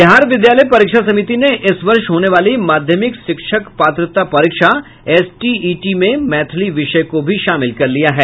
बिहार विद्यालय परीक्षा समिति ने इस वर्ष होने वाली माध्यमिक शिक्षक पात्रता परीक्षा एसटीईटी में मैथिली विषय को भी शामिल कर लिया है